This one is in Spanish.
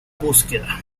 búsqueda